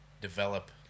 develop